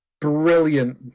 brilliant